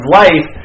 life